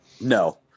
No